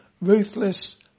ruthless